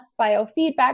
biofeedback